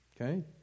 okay